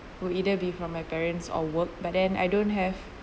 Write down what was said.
will either be from my parents or work but then I don't have